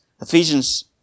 Ephesians